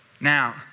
Now